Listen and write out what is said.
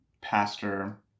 pastor